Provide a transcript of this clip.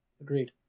agreed